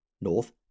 north